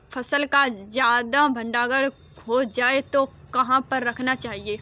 फसल का ज्यादा भंडारण हो जाए तो कहाँ पर रखना चाहिए?